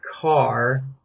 car